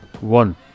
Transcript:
One